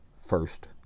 First